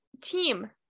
team